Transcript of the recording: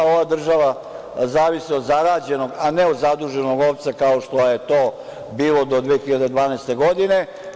Ova država zavisi od zarađenog, a ne od zaduženog novca, kao što je to bilo do 2012. godine.